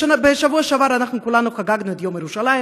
בשבוע שעבר אנחנו כולנו חגגנו את יום ירושלים.